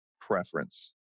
preference